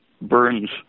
burns